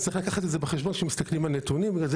צריך לקחת את זה בחשבון כשמסתכלים על הנתונים, אם